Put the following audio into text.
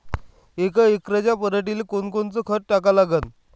यका एकराच्या पराटीले कोनकोनचं खत टाका लागन?